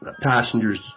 passengers